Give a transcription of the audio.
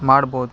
ಮಾಡ್ಬೋದು